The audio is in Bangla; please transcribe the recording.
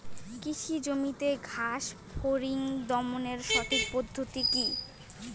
কৃষি জমিতে ঘাস ফরিঙ দমনের সঠিক পদ্ধতি কি?